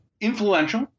influential